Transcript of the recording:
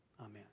amen